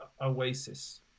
oasis